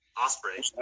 Osprey